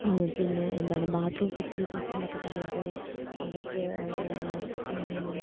പിന്നെ എന്താണ് bathroom ഫെസിലിറ്റീസെന്നൊക്കെ പറയുമ്പോൾ അവർക്ക്